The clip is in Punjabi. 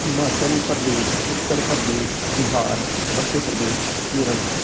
ਹਿਮਾਚਲ ਪ੍ਰਦੇਸ਼ ਉੱਤਰ ਪ੍ਰਦੇਸ਼ ਬਿਹਾਰ ਮੱਧ ਪ੍ਰਦੇਸ਼ ਕੇਰਲਾ